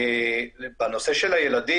בנושא של הילדים,